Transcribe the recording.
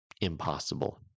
impossible